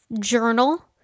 journal